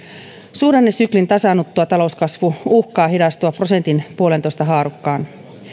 suhdannesyklin tasaannuttua talouskasvu uhkaa hidastua prosentin puolentoista haarukkaan